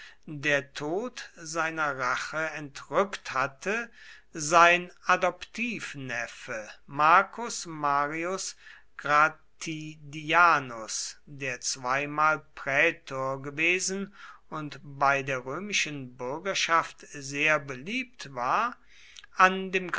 der tod seiner rache entrückt hatte sein adoptivneffe marcus marius gratidianus der zweimal prätor gewesen und bei der römischen bürgerschaft sehr beliebt war an dem